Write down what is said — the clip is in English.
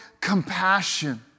compassion